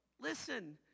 listen